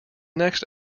next